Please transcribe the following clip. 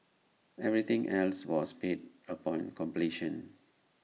everything else was paid upon completion